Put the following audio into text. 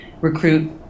recruit